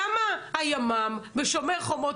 למה הימ"מ בשומר חומות,